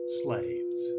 slaves